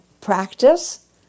practice